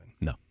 No